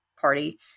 party